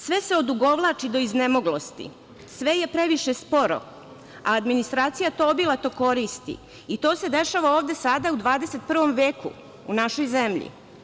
Sve se odugovlači do iznemoglosti, sve je previše sporo, a administracija to obilato koristi i to se dešava sada u 21. veku, u našoj zemlji.